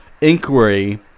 inquiry